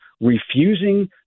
refusing